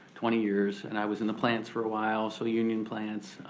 twenty years. and i was in the plants for awhile, so union plants.